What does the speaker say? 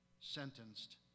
sentenced